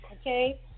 Okay